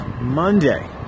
Monday